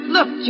Look